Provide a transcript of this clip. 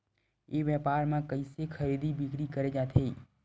ई व्यापार म कइसे खरीदी बिक्री करे जाथे?